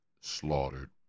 slaughtered